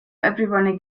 everyone